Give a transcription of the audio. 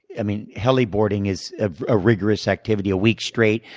i mean, heli boarding is ah a rigorous activity, a week straight,